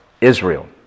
Israel